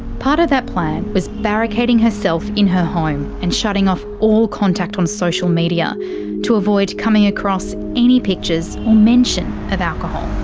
part of that plan was barricading herself in her home and shutting off all contact on social media to avoid coming across any pictures or mention of alcohol.